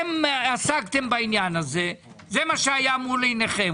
עסקתם בעניין הזה, זה מה שהיה למול עיניכם.